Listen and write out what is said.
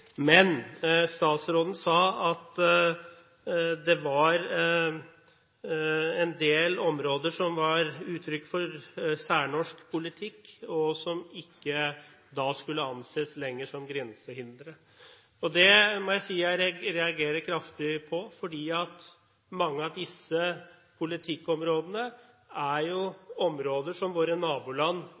men statsråden sa at en del områder var uttrykk for særnorsk politikk, og som da ikke lenger skulle anses som grensehindre. Det må jeg si jeg reagerer kraftig på, fordi mange av disse politikkområdene er områder som våre naboland